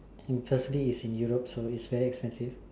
and first it's in Europe so it's very expensive